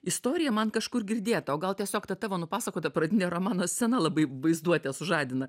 istorija man kažkur girdėta o gal tiesiog ta tavo nupasakota pradinė romano scena labai vaizduotę sužadina